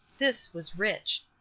this was rich.